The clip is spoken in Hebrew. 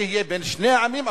זה יהיה בין שני העמים,